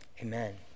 Amen